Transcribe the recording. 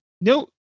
no